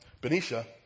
Benicia